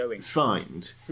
find